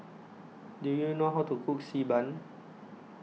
Do YOU know How to Cook Xi Ban